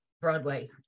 Broadway